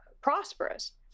prosperous